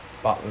park